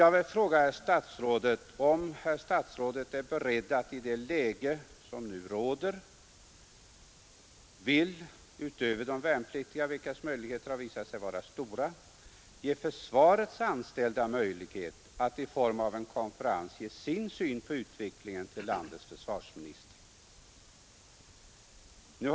Jag vill fråga herr statsrådet om herr statsrådet i det läge som nu råder vill — utöver de värnpliktiga, vilkas möjligheter har visat sig vara stora ge försvarets anställda möjlighet att i form av en konferens meddela sin syn på utvecklingen till landets försvarsminister.